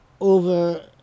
over